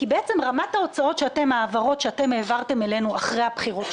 כי בעצם רמת העברות שאתם העברתם אלינו אחרי הבחירות,